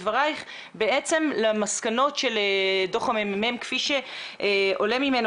בדברייך למסקנות של דו"ח הממ"מ כפי שעולה ממנו,